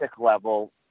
level